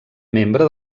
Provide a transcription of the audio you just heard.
membre